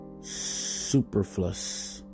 superfluous